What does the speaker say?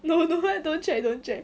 no know what don't you don't check